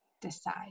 Decide